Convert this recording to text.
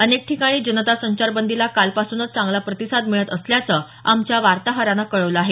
अनेक ठिकाणी जनता संचारबंदीला कालपासूनच चांगला प्रतिसाद मिळत असल्याचं आमच्या वार्ताहरानं कळवल आहे